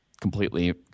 completely